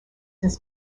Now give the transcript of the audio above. his